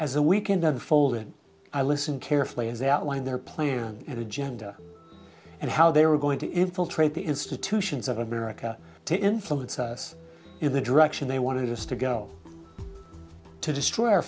the weekend unfolded i listened carefully as outlined their plan and agenda and how they were going to infiltrate the institutions of america to influence us in the direction they want to use to go to destroy our